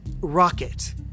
rocket